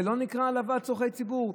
זה לא נקרא העלבת עובד ציבור?